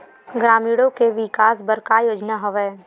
ग्रामीणों के विकास बर का योजना हवय?